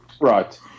Right